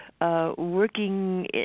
working